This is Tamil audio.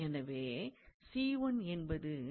எனவே 𝑐1 என்பது 𝑐2 வை விட வித்தியாசமானதாக இருக்காது